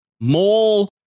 mole